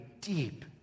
deep